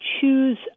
choose